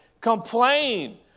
complain